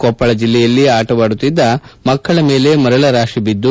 ಕೊಪ್ಪಳ ಜಲ್ಲೆಯಲ್ಲಿ ಆಟವಾಡುತ್ತಿದ್ದ ಮಕ್ಕಳ ಮೇಲೆ ಮರಳ ರಾತಿ ಬಿದ್ದು